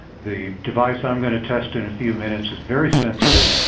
the device i'm going to test in a few minutes is very sensitive.